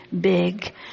big